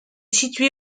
située